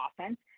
offense